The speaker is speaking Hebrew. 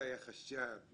גיא החשב,